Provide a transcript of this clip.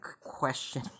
question